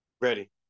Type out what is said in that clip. Ready